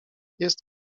jest